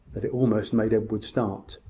that it almost made edward start.